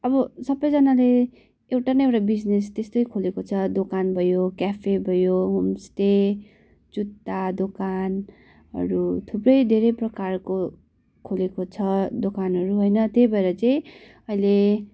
अब सबैजनाले एउटा न एउटा बिजनेस त्यस्तै खोलेको छ दोकान भयो क्याफे भयो होमस्टे जुत्ता दोकानहरू थुप्रै धेरै प्रकारको खोलेको छ दोकानहरू होइन त्यही भएर चाहिँ अहिले